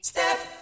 Step